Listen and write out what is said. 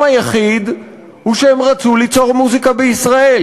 היחיד הוא שהם רצו ליצור מוזיקה בישראל.